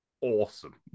Awesome